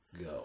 Go